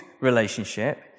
relationship